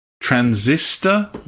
Transistor